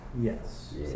Yes